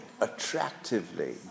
attractively